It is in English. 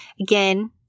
Again